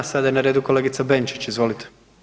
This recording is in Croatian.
Sada je na redu kolegica Benčić, izvolite.